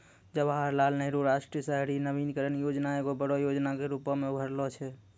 जवाहरलाल नेहरू राष्ट्रीय शहरी नवीकरण योजना एगो बड़ो योजना के रुपो मे उभरलो छै